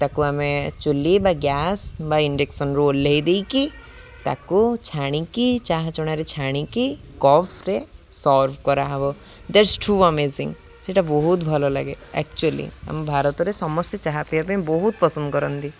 ତାକୁ ଆମେ ଚୁଲି ବା ଗ୍ୟାସ୍ ବା ଇଣ୍ଡକ୍ସନ୍ ଓହ୍ଲାଇ ଦେଇକି ତାକୁ ଛାଣିକି ଚାହା ଚଣାରେ ଛାଣିକି କପ୍ରେ ସର୍ଭ କରାହେବ ଡାଟ୍ସ ଠୁ ଆମେଜିଙ୍ଗ ସେଇଟା ବହୁତ ଭଲ ଲାଗେ ଆକ୍ଚୁଆଲି ଆମ ଭାରତରେ ସମସ୍ତେ ଚାହା ପିଇବା ପାଇଁ ବହୁତ ପସନ୍ଦ କରନ୍ତି